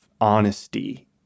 honesty